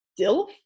DILF